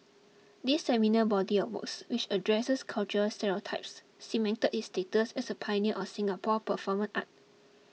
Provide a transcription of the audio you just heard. this seminal body of works which addresses cultural stereotypes cemented his status as a pioneer of Singapore performance art